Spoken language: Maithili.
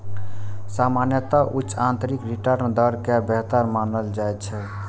सामान्यतः उच्च आंतरिक रिटर्न दर कें बेहतर मानल जाइ छै